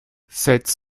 cette